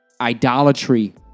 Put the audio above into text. idolatry